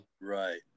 right